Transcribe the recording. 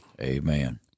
Amen